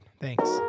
Thanks